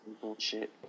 Bullshit